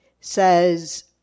says